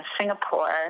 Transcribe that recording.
Singapore